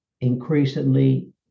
increasingly